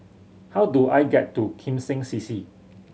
how do I get to Kim Seng C C